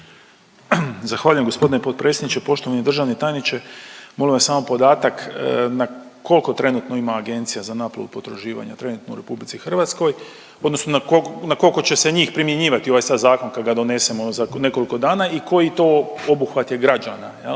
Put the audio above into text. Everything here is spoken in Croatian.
Zahvaljujem gospodine potpredsjedniče. Poštovani državni tajniče molim vas samo podatak, koliko trenutno ima agencija za naplatu potraživanja trenutno u RH, odnosno na koliko će se njih primjenjivati ovaj sad zakon kad ga donesemo za nekoliko dana i koji to obuhvat je građana, jel,